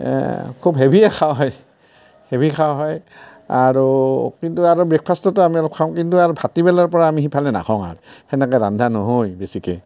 খুব হেভিয়ে খাওৱা হয় হেভি খাওৱা হয় আৰু কিন্তু আৰু ব্ৰেকফাষ্টতও আমি অলপ খাওঁ কিন্তু আৰ ভাটিবেলাৰ পৰা আমি সিফালে আৰু নাখাওঁ আৰ হেনেকে ৰান্ধা নহয় বেছিকৈ